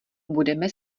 budeme